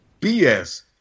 BS